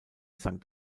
sankt